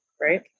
right